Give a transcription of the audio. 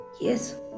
Yes